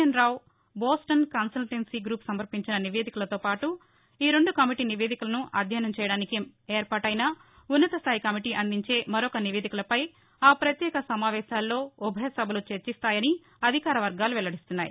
ఎన్ Rao Boston consultancy group సమర్పించిన నివేదికలతోపాటు ఆ రెండు కమిటీ నివేదికలను అధ్యయనం చేయడానికి ఏర్పాటైన ఉన్నత స్దాయి కమిటీ అందించే మరొక నివేదికలపై ఆ ప్రత్యేక సమావేశాల్లో ఉభయ సభలు చర్చిస్తాయని అధికార పర్గాలు వెల్లడిస్తున్నాయి